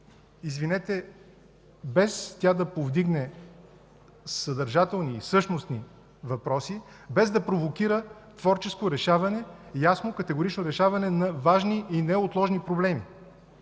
извинете, без тя да повдигне съдържателни и същностни въпроси, без да провокира творческо решаване, ясно, категорично решаване на важни и неотложни проблеми.